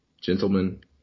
gentlemen